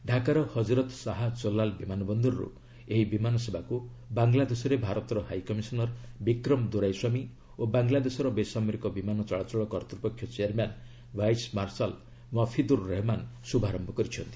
ଢାକାର ହଜରତ ଶାହା ଜଲାଲ ବିମାନ ବନ୍ଦରରୁ ଏହି ବିମାନସେବାକୁ ବାଙ୍ଗଲାଦେଶରେ ଭାରତର ହାଇକମିଶନର୍ ବିକ୍ରମ ଦୋରାଇସ୍ୱାମୀ ଓ ବାଙ୍ଗଲାଦେଶର ବେସାମରିକ ବିମାନ ଚଳାଚଳ କର୍ତ୍ତୃପକ୍ଷ chairman vice marshal Mafidur Rahman ଶୁଭାରୟ କରିଛନ୍ତି